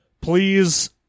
Please